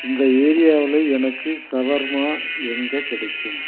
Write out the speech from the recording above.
இந்த ஏரியாவில் எனக்கு ஷவர்மா எங்கே கிடைக்கும்